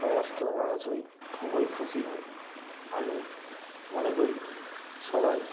সমস্ত মানুষই খুবই খুশি হয় আমি মনে করি সবাই